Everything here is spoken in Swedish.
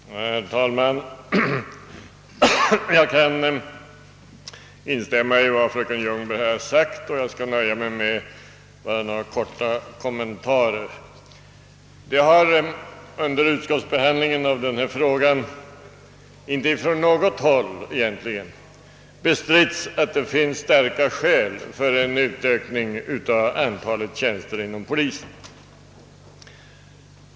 Herr talman! Jag kan instämma i vad fröken Ljungberg sagt och skall nöja mig med några korta kommentarer. Under utskottsbehandlingen av denna fråga har det egentligen inte från något håll bestritts, att det föreligger starka skäl för en utökning av antalet tjänster inom polisen.